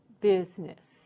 business